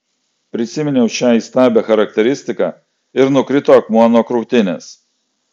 prisiminiau šią įstabią charakteristiką ir nukrito akmuo nuo krūtinės